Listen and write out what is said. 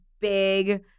big